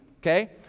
Okay